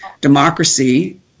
democracy